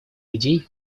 людей